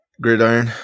Gridiron